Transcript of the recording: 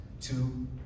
two